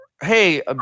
Hey